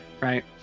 right